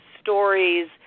stories